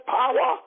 power